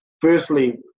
firstly